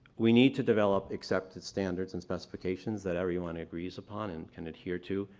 we need to develop accepted standards and specifications that everyone agrees upon and can adhere to.